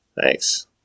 Thanks